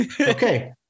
okay